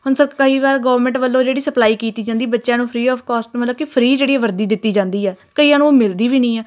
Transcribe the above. ਹੁਣ ਸਰ ਕਈ ਵਾਰ ਗੋਵਰਮੈਂਟ ਵੱਲੋਂ ਜਿਹੜੀ ਸਪਲਾਈ ਕੀਤੀ ਜਾਂਦੀ ਬੱਚਿਆਂ ਨੂੰ ਫਰੀ ਔਫ ਕੋਸਟ ਮਤਲਬ ਕਿ ਫਰੀ ਜਿਹੜੀ ਵਰਦੀ ਦਿੱਤੀ ਜਾਂਦੀ ਆ ਕਈਆਂ ਨੂੰ ਉਹ ਮਿਲਦੀ ਵੀ ਨਹੀਂ ਆ